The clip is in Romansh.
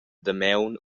damaun